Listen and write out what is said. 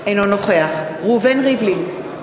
אינו נוכח ראובן ריבלין,